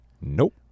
Nope